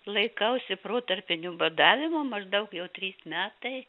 laikausi protarpinių badavimų maždaug jau trys metai